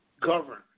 govern